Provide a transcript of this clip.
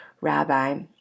rabbi